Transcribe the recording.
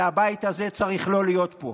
והבית הזה צריך לא להיות פה,